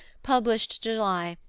published july,